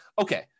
Okay